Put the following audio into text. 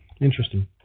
interesting